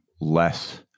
less